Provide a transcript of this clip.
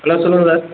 hello சொல்லுங்க sir